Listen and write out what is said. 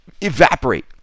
evaporate